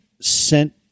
sent